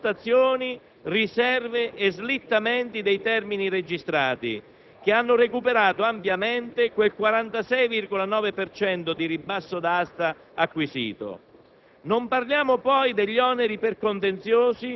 in quanto non tengono conto delle rivalutazioni, riserve e slittamenti dei termini registrati, che hanno recuperato ampiamente quel 46,9 per cento di ribasso d'asta acquisito.